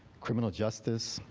criminal justice,